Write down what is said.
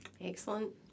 excellent